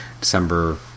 December